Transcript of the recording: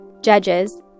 judges